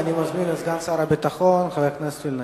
אני מזמין את סגן שר הביטחון, חבר הכנסת וילנאי,